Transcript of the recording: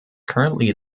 currently